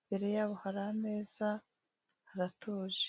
imbere yabo hari ameza, haratuje.